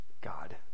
God